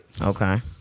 Okay